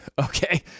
Okay